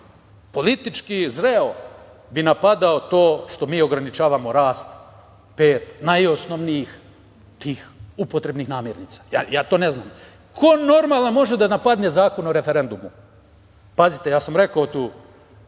politički zreo bi napadao to što mi ograničavamo rast pet najosnovnijih tih upotrebnih namirnica? Ja to ne znam. Ko normalan može da napadne Zakon o referendumu? Pazite, rekao